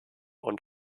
und